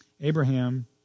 Abraham